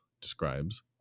describes